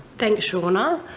thanks, seana.